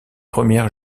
premières